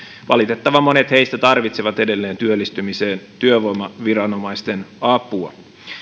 valitettavan monet heistä tarvitsevat työllistymiseen edelleen työvoimaviranomaisten apua